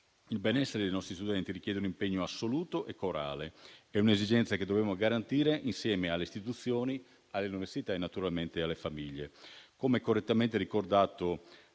Il benessere dei nostri studenti richiede un impegno assoluto e corale; è un'esigenza che dobbiamo garantire insieme alle istituzioni, alle università e naturalmente alle famiglie. Come correttamente ricordato